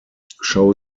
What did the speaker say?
show